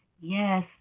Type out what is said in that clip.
Yes